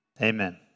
Amen